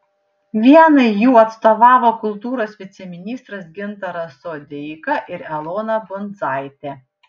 vienai jų atstovavo kultūros viceministras gintaras sodeika ir elona bundzaitė